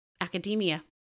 academia